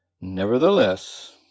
Nevertheless